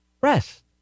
rest